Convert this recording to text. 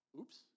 Oops